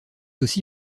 aussi